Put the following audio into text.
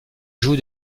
joue